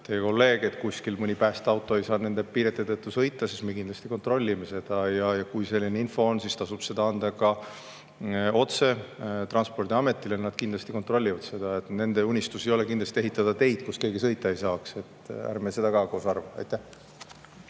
teie kolleeg, et kuskil mõni päästeauto ei saa nende piirete tõttu sõita, siis me kindlasti kontrollime seda. Ja kui selline info on, siis tasub seda anda ka otse Transpordiametile, nad kindlasti kontrollivad seda. Nende unistus ei ole kindlasti ehitada teid, kus keegi sõita ei saaks. Ärme seda ka koos arvame. Aitäh!